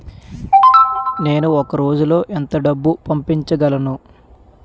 నేను ఒక రోజులో ఎంత డబ్బు పంపించగలను?